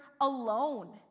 alone